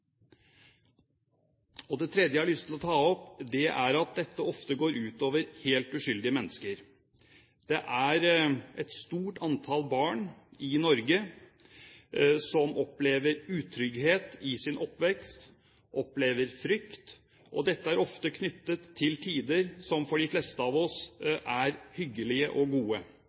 hjemmene. Det tredje jeg har lyst til å ta opp, er at dette ofte går ut over helt uskyldige mennesker. Det er et stort antall barn i Norge som opplever utrygghet og frykt i sin oppvekst. Dette er ofte knyttet til tider som for de fleste av oss er hyggelige og gode: